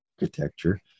architecture